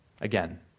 Again